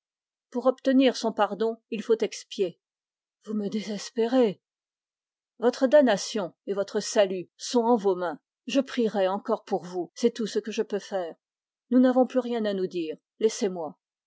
votre damnation et votre salut sont en vos mains je prierai encore pour vous c'est tout ce que je peux faire nous n'avons plus rien à nous dire laissez-moi